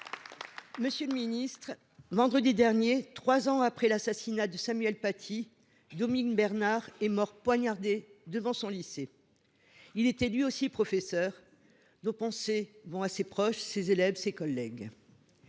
et de la jeunesse. Vendredi dernier, trois ans après l’assassinat de Samuel Paty, Dominique Bernard est mort poignardé devant son lycée. Lui aussi était professeur. Nos pensées vont à ses proches, ses élèves et ses collègues.